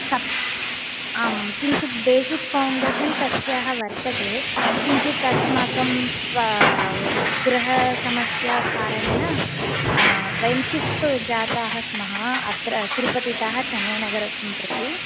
आम् किञ्चित् basic foundation तस्याः वर्तते किञ्चित् अस्माकं गृहसमस्याकारणेन वयं शिफ़्ट् जाताः स्मः अत्र तिरुपतितः चेन्नैनगरं प्रति